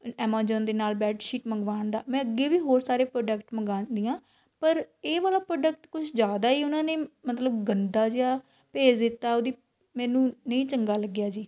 Amazon ਦੇ ਨਾਲ਼ bedsheet ਮੰਗਵਾਉਣ ਦਾ ਮੈਂ ਅੱਗੇ ਵੀ ਬਹੁਤ ਸਾਰੇ ਪ੍ਰੋਡਕਟ ਮੰਗਵਾਉਂਦੀ ਹਾਂ ਪਰ ਇਹ ਵਾਲਾ ਪ੍ਰੋਡਕਟ ਕੁਝ ਜ਼ਿਆਦਾ ਹੀ ਉਹਨਾਂ ਨੇ ਮਤਲਬ ਗੰਦਾ ਜਿਹਾ ਭੇਜ ਦਿੱਤਾ ਉਹਦੀ ਮੈਨੂੰ ਨਹੀਂ ਚੰਗਾ ਲੱਗਿਆ ਜੀ